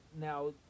Now